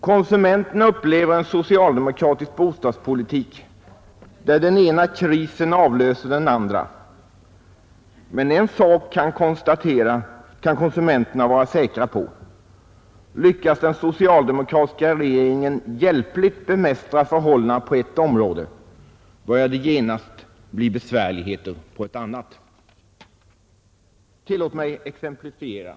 Konsumenterna upplever en socialdemokratisk bostadspolitik där den ena krisen avlöser den andra. Men en sak kan konsumenterna vara säkra på: lyckas den socialdemokratiska regeringen hjälpligt bemästra förhållandena på ett område, börjar det genast bli besvärligheter på ett annat. Tillåt mig exemplifiera.